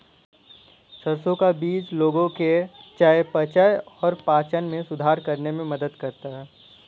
सरसों का बीज लोगों के चयापचय और पाचन में सुधार करने में मदद करता है